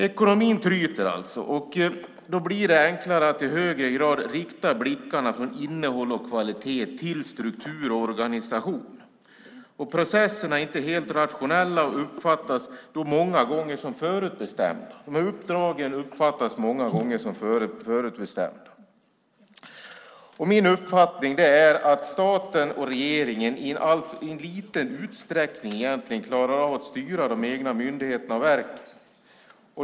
Ekonomin tryter alltså, och då blir det enklare att i högre grad rikta blickarna från innehåll och kvalitet till struktur och organisation. Processerna är inte helt rationella, och uppdragen uppfattas många gånger som förutbestämda. Min uppfattning är att staten och regeringen egentligen i liten utsträckning klarar av att styra de egna myndigheterna och verken.